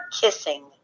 kissing